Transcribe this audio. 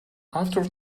after